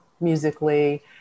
musically